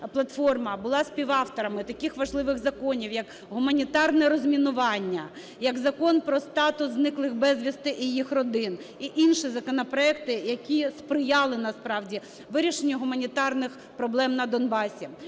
була співавторами таких важливих законів, як гуманітарне розмінування, як Закон про статус зниклих безвісти і їх родин, і інші законопроекти, які сприяли насправді вирішенню гуманітарних проблем на Донбасі.